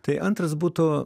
tai antras būtų